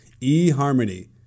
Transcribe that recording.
eHarmony